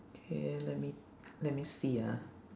K let me let me see ah